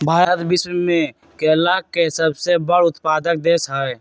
भारत विश्व में केला के सबसे बड़ उत्पादक देश हई